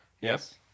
Yes